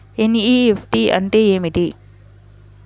NEFT అంటే ఏమిటి?